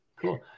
Cool